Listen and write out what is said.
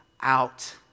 out